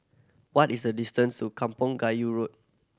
what is the distance to Kampong Kayu Road